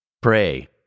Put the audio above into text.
Pray